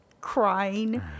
crying